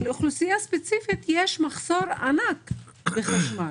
לאוכלוסייה ספציפית יש מחסור ענק בחשמל.